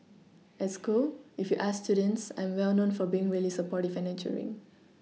at school if you ask students I'm well known for being really supportive and nurturing